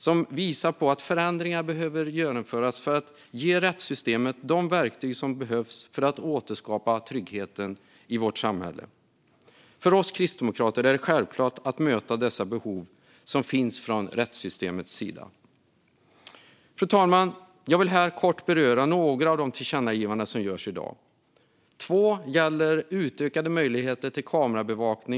Detta visar att förändringar behöver genomföras för att ge rättssystemet de verktyg som behövs för att återskapa tryggheten i vårt samhälle. För oss kristdemokrater är det självklart att möta dessa behov från rättssystemets sida. Fru talman! Jag vill här kort beröra några av de tillkännagivanden som görs i dag. Två gäller utökade möjligheter till kamerabevakning.